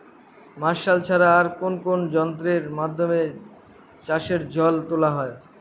Martial ছাড়া আর কোন কোন যন্ত্রেরর মাধ্যমে চাষের জল তোলা হয়?